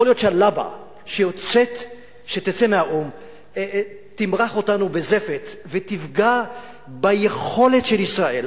יכול להיות שהלבה שתצא מהאו"ם תמרח אותנו בזפת ותפגע ביכולת של ישראל.